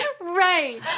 Right